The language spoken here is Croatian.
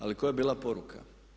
Ali koja je bila poruka?